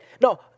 No